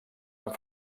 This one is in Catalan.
amb